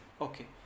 Okay